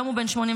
היום הוא בן 86,